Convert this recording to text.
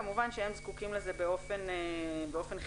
כמובן שהם זקוקים לזה באופן חיוני.